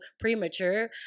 premature